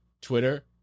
Twitter